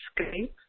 Skype